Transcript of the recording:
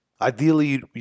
Ideally